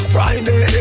Friday